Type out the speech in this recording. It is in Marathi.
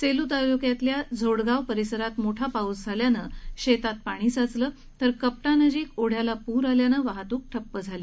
सेलू तालुक्यातल्या झोडगाव परीसरात मोठा पाऊस झाल्यानं शेतात पाणी साचले तर कपटा नजीक ओढ़याला पूर आल्यानं वाहतूक ठप्प झाली